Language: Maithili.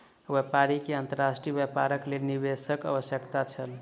व्यापारी के अंतर्राष्ट्रीय व्यापारक लेल निवेशकक आवश्यकता छल